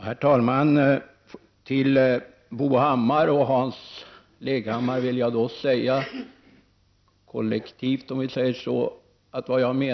Herr talman! Jag vill vända mig till Bo Hammar och Hans Leghammar kollektivt.